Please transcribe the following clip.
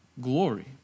Glory